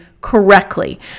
correctly